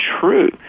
true